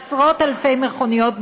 עשרות אלפי מכוניות,